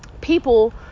people